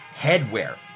headwear